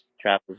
travels